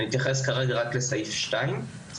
אני אתייחס כרגע רק לסעיף הנוכחי,